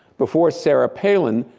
before sarah palin,